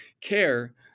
care